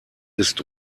ist